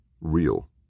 real